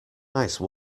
nice